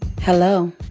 Hello